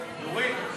אני אקצר,